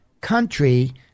country